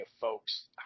folks